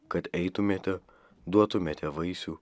kad eitumėte duotumėte vaisių